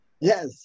Yes